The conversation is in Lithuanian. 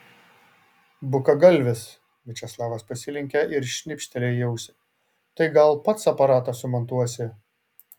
bukagalvis viačeslavas pasilenkė ir šnipštelėjo į ausį tai gal pats aparatą sumontuosi